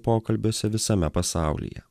pokalbiuose visame pasaulyje